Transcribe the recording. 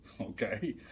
okay